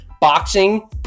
boxing